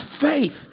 faith